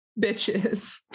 bitches